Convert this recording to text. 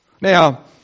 Now